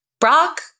Brock